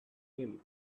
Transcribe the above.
him